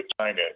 China